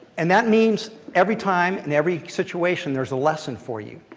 and that means every time in every situation there's a lesson for you.